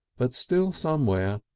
but still somewhere,